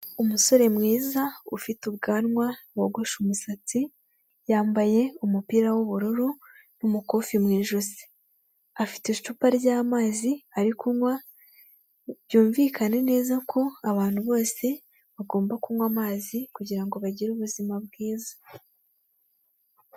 Umusore mwiza ufite ubwanwa wogoshe umusatsi, yambaye umupira w'ubururu n'umukufe mu ijosi, afite icupa ry'amazi ari kunywa, byumvikane neza ko abantu bose bagomba kunywa amazi kugira ngo bagire ubuzima bwiza.